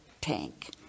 tank